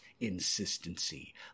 insistency